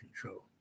control